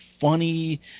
funny